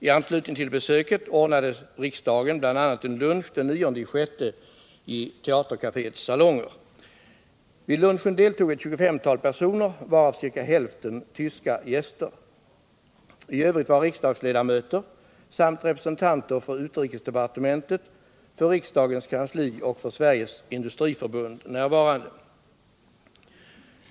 I anslutning till besöket ordnade riksdagen bl.a. en lunch den 9 juni i Teatercaféets salonger. Vid lunchen deltog ett 25-tal personer, varav ca hälften tyska gäster. I övrigt var riksdagsledamöter samt representanter för utrikesdepartemenetet, för riksdagens kansli och för Sveriges industriförbund närvarande.